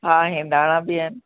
हा हिंदाणा बि आहिनि